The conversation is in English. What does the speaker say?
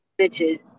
bitches